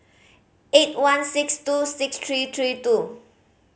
eight one six two six three three two